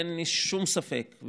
אין לי שום ספק,